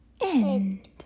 End